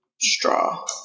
straw